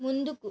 ముందుకు